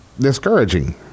discouraging